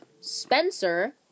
Spencer